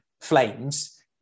flames